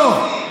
חבר הכנסת בוסו,